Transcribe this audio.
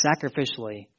sacrificially